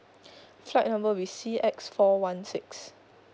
flight number will be C X four one six